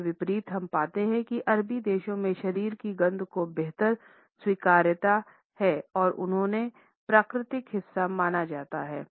इसके विपरीत हम पाते हैं कि अरबी देशों में शरीर की गंधों की बेहतर स्वीकार्यता है और उन्हें प्राकृतिक हिस्सा माना जाता है